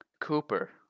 Cooper